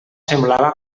semblava